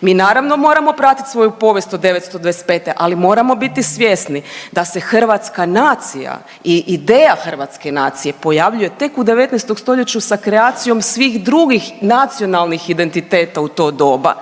Mi naravno moramo pratit svoju povijest od 925., ali moramo biti svjesni da se hrvatska nacija i ideja hrvatske nacije pojavljuje tek u 19. stoljeću sa kreacijom svih drugih nacionalnih identiteta u to doba